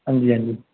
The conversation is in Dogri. हां जी हां जी